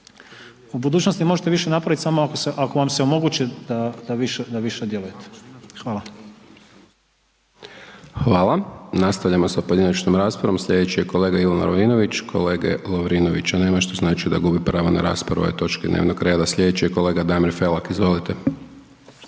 u budućnosti možete više napraviti samo ako vam se omogući da više djelujete. Hvala. **Hajdaš Dončić, Siniša (SDP)** Hvala. Nastavljamo sa pojedinačnom raspravom. Sljedeći je kolega Ivan Lovrinović. Kolege Ivana Lovrinovića nema što znači da gubi pravo na raspravu o ovoj točki dnevnog reda. Sljedeći je kolega Damir Felak. Izvolite.